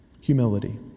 Humility